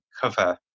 cover